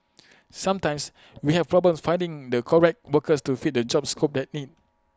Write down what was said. sometimes we have problems finding the correct workers to fit the job scope that need